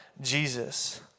Jesus